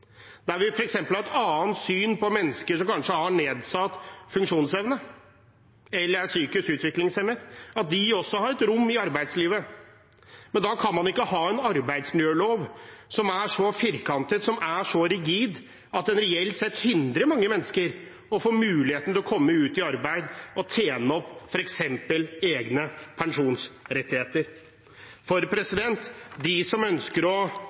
der vi f.eks. har et annet syn på mennesker som kanskje har nedsatt funksjonsevne eller er psykisk utviklingshemmet – at de også har et rom i arbeidslivet. Men da kan man ikke ha en arbeidsmiljølov som er så firkantet, som er så rigid, at den reelt sett hindrer mange mennesker i å få muligheten til å komme ut i arbeid og tjene opp f.eks. egne pensjonsrettigheter. De som bare ønsker å